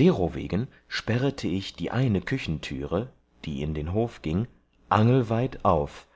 derowegen sperrete ich die eine küchentüre die in hof gieng angelweit auf